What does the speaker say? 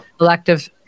elective